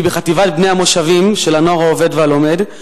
בחטיבת בני המושבים של הנוער העובד והלומד,